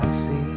see